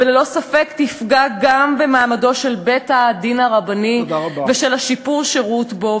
והיא ללא ספק גם תפגע במעמדו של בית-הדין הרבני ובשיפור השירות בו